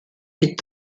est